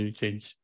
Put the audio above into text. change